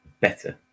better